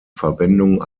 verwendung